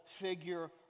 figure